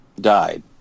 died